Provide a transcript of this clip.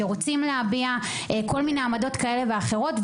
שרוצים להביע עמדות כאלה ואחרות,